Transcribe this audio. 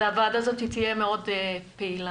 הוועדה הזאת תהיה מאוד פעילה.